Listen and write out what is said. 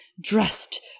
dressed